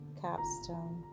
capstone